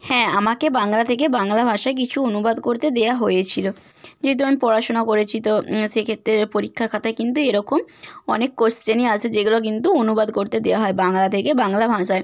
হ্যাঁ আমাকে বাংলা থেকে বাংলা ভাষায় কিছু অনুবাদ করতে দেওয়া হয়েছিল দিয়ে তো আমি পড়াশোনা করেছি তো সেক্ষেত্রে পরীক্ষার খাতায় কিন্তু এরকম অনেক কোশ্চেনই আসে যেগুলো কিন্তু অনুবাদ করতে দেওয়া হয় বাংলা থেকে বাংলা ভাষায়